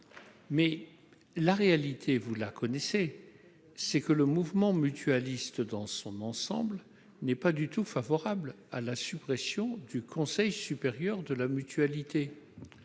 mais la réalité, vous le savez, est que le mouvement mutualiste dans son ensemble n'est pas du tout favorable à la suppression du Conseil supérieur de la mutualité